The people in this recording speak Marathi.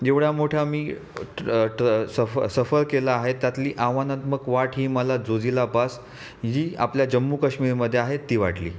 जेवढ्या मोठ्या मी ट्र ट्र सफ सफर केला आहे त्यातली आव्हानात्मक वाट की मला जोझिला पास ही आपल्या जम्मू काश्मीरमध्ये आहे ती वाटली